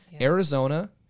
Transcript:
Arizona